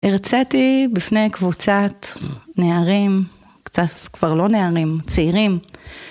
הרצאתי בפני קבוצת נערים, קצת כבר לא נערים, צעירים.